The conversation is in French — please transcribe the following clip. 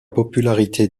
popularité